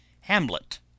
hamlet